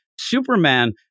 superman